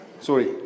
sorry